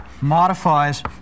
modifies